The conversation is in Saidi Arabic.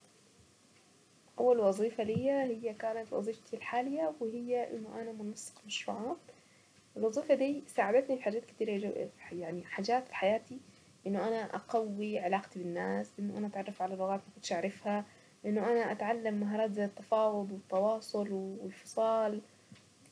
اول وظيفة لي هي كانت وظيفتي الحالية وهي انه انا منسق مشروعات، ساعدتني في حاجات كتيرة يعني حاجات في حياتي انه انا اقوي علاقتي بالناس انه انا اتعرف على لغاتما كنتش اعرفها انه انا اتعلم مهارات التفاوض والتواصل والفصال.